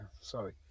sorry